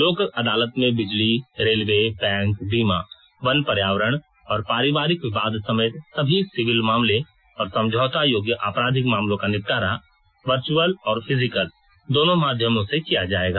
लोक अदालत में बिजली रेलवे बैंक बीमा वन पर्यावरण और पारिवारिक विवाद समेत विभिन सिविल मामले और समझौता योग्य आपराधिक मामलों का निपटारा वर्च्यअल और फिजिकल दोनों माध्यमों से किया जाएगा